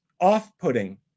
off-putting